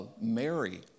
Mary